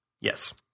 Yes